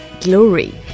glory